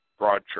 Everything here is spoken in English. Broadchurch